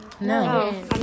No